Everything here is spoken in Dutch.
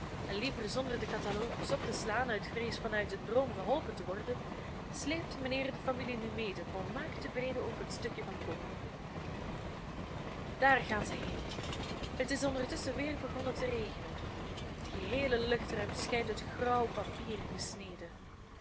en liever zonder den catalogus op te slaan uit vrees van uit den droom geholpen te worden sleept mijnheer de familie nu mede volmaakt tevreden over het stukje van ko daar gaan zij heen het is ondertusschen weer begonnen te regenen het geheele luchtruim schijnt uit grauw papier gesneden